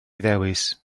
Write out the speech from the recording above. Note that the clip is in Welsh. ddewis